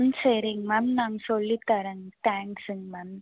ம் சரிங்க மேம் நான் சொல்லித்தரேன் தேங்க்ஸுங்க மேம்